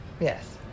Yes